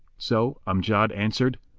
so amjad answered,